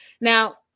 Now